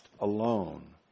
alone